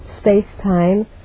space-time